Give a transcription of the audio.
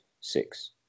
six